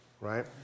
right